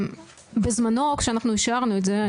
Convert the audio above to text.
בזמנו כשאנחנו אישרנו את זה,